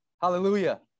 hallelujah